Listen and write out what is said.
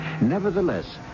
Nevertheless